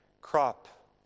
crop